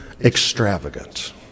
extravagant